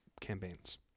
campaigns